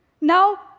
Now